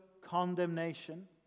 condemnation